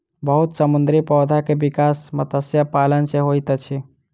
बहुत समुद्री पौधा के विकास मत्स्य पालन सॅ होइत अछि